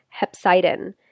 hepcidin